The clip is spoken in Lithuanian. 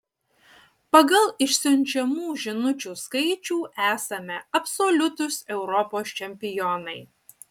pagal išsiunčiamų žinučių skaičių esame absoliutūs europos čempionai